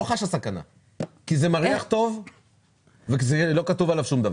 כי זה מריח טוב ולא כתוב עליו שום דבר.